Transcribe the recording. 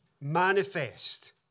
manifest